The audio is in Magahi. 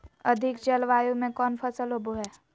अधिक जलवायु में कौन फसल होबो है?